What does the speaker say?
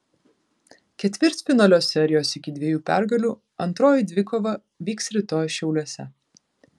ketvirtfinalio serijos iki dviejų pergalių antroji dvikova vyks rytoj šiauliuose